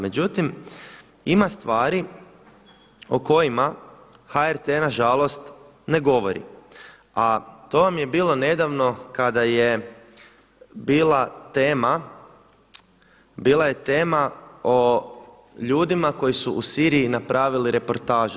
Međutim, ima stvari o kojima HRT na žalost ne govori, a to vam je bilo nedavno kada je bila tema, bila je tema o ljudima koji su u Siriji napravili reportažu.